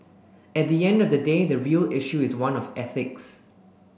at the end of the day the real issue is one of ethics